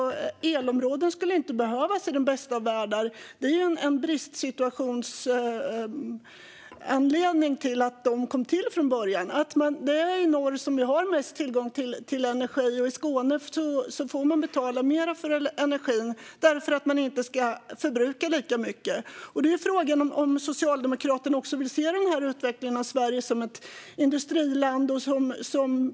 Elområden skulle inte behövas i den bästa av världar. Det är ju en bristsituation som gjort att de kom till från början. Det är i norr som vi har mest tillgång till energi. I Skåne får man betala mer för energin för att man inte ska förbruka lika mycket. Frågan är om Socialdemokraterna vill se en utveckling av Sverige som ett industriland.